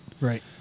Right